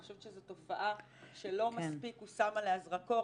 אני חושבת שזו תופעה שלא מספיק הושם עליה זרקור,